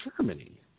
Germany